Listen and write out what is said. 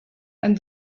and